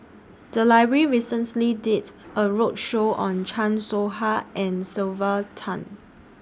The Library recently did A roadshow on Chan Soh Ha and Sylvia Tan